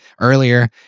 earlier